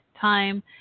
time